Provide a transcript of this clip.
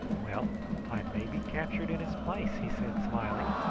well i may be captured in his place! he said smiling.